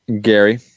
Gary